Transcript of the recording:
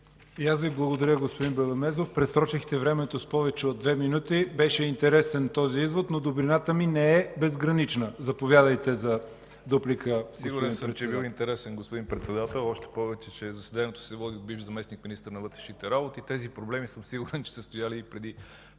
И аз Ви благодаря, господин Белемезов. Пресрочихте времето с повече от 2 минути. Беше интересен този извод, но добрината ми не е безгранична. Заповядайте за дуплика, господин Министър. МИНИСТЪР ВЕСЕЛИН ВУЧКОВ: Сигурен съм, че е бил интересен, господин Председател, още повече, че заседанието се води от бивш заместник-министър на вътрешните работи. Тези проблеми съм сигурен, че са стояли и преди